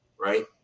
right